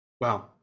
Wow